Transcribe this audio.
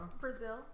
brazil